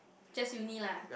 just uni lah